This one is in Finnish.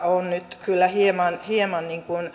on nyt kyllä hieman hieman